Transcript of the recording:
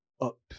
up